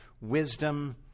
wisdom